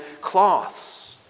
cloths